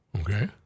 Okay